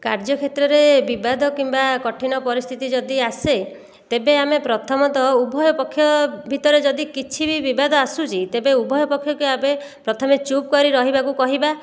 କାର୍ଯ୍ୟକ୍ଷେତ୍ରରେ ବିବାଦ କିମ୍ବା କଠିନ ପରିସ୍ଥିତି ଯଦି ଆସେ ତେବେ ଆମେ ପ୍ରଥମତଃ ଉଭୟପକ୍ଷ ଭିତରେ ଯଦି କିଛି ବି ବିବାଦ ଆସୁଛି ତେବେ ଉଭୟପକ୍ଷକୁ ଆଗେ ପ୍ରଥମେ ଚୁପ୍ କରି ରହିବାକୁ କହିବା